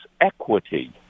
equity